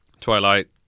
Twilight